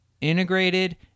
integrated